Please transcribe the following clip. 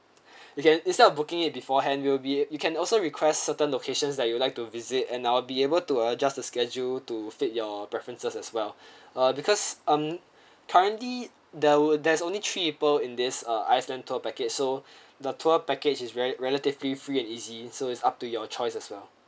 you can instead of booking it beforehand you will be you can also request certain locations that you like to visit and I'll be able to adjust the schedule to fit your preferences as well uh because um currently there were there's only three people in this uh iceland tour package so the tour package is very relatively free and easy so it's up to your choice as well